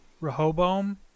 Rehoboam